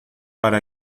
para